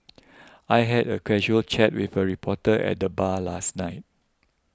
I had a casual chat with a reporter at the bar last night